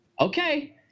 okay